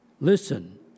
Listen